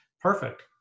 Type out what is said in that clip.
Perfect